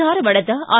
ಧಾರವಾಡದ ಆರ್